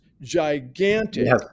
gigantic